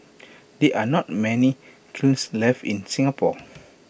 there are not many kilns left in Singapore